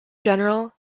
general